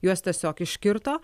juos tiesiog iškirto